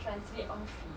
transitlink office